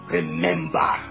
Remember